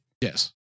Yes